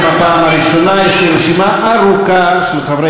נתקן אותן למען הילדים שלך ולמען הילדים שלנו,